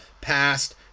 passed